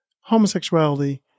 homosexuality